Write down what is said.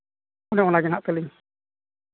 ᱚᱱᱮ ᱚᱱᱟ ᱜᱮᱦᱟᱸᱜ ᱛᱟᱹᱞᱤᱧ